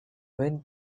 went